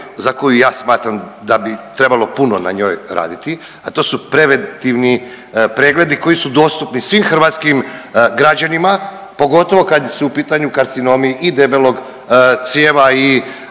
za koju ja smatram da bi trebalo puno na njoj raditi, a to su preventivni pregledi koji su dostupni svim hrvatskim građanima, pogotovo kad su u pitanju karcinomi i debelog crijeva i